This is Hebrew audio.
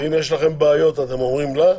אם יש לכן בעיות אתן אומרים לה?